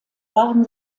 waren